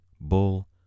Bull